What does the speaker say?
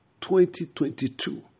2022